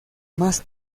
más